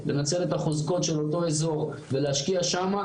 לנצל את החוזקות של אותו אזור ולהשקיע שם,